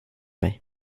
mig